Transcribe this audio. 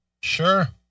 sure